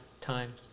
time